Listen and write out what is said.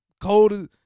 Cold